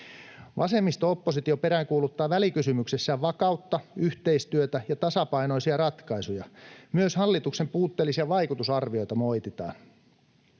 Vasemmisto-oppositio peräänkuuluttaa välikysymyksessään vakautta, yhteistyötä ja tasapainoisia ratkaisuja. Myös hallituksen puutteellisia vaikutusarvioita moititaan.